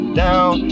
down